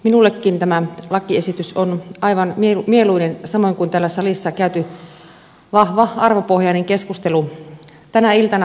minullekin tämä lakiesitys on aivan mieluinen samoin kuin täällä salissa käyty vahva arvopohjainen keskustelu tänä iltana